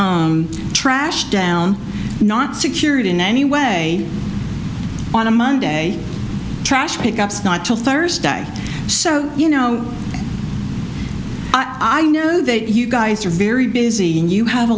trash down not secure it in any way on a monday trash pickups not till thursday so you know i know that you guys are very busy and you have a